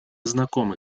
знакомы